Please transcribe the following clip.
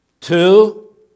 Two